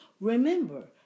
Remember